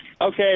Okay